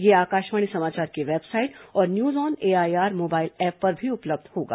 यह आकाशवाणी समाचार की वेबसाइट और news on AIR mobile app पर भी उपलब्ध रहेगा